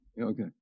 Okay